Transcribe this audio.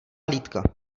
hlídka